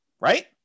Right